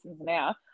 now